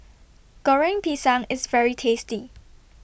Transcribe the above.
Goreng Pisang IS very tasty